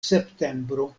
septembro